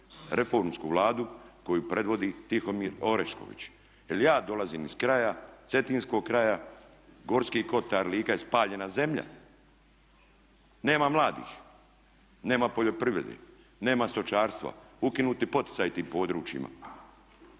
reformsku Vladu koju predvodi Tihomir Orešković. Jer ja dolazim iz kraja, cetinskog kraja, Gorski kotar, Lika je spaljena zemlja, nema mladih, nema poljoprivrede, nema stočarstva, ukinuti poticaji tim područjima